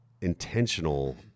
intentional